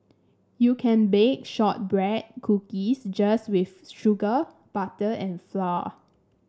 you can bake shortbread cookies just with sugar butter and flour